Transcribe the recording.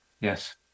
yes